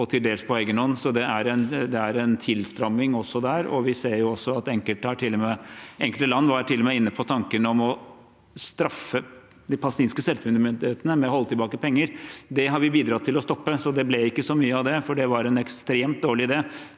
og til dels på egen hånd. Det er altså en tilstramming også der. Vi ser også at enkelte land til og med var inne på tanken om å straffe de palestinske selvstyremyndighetene ved å holde tilbake penger. Det har vi bidratt til å stoppe, så det ble ikke så mye av det, for det var en ekstremt dårlig idé.